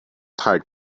tired